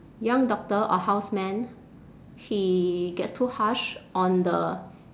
young doctor or houseman he gets too harsh on the